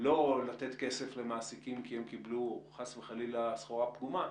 לא לתת כסף למעסיקים כי הם קיבלו חס וחלילה סחורה פגומה,